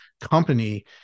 Company